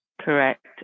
Correct